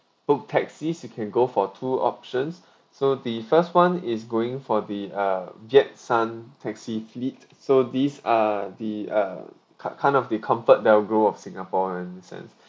book taxis you can go for two options so the first one is going for the uh taxi fleet so these are the uh ki~ kind of the comfortdelgro of singapore ah in that sense